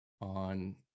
on